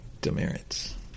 demerits